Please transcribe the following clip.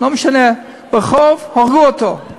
לא משנה, ברחוב הרגו אותו,